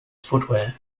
footwear